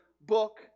book